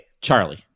Charlie